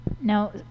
now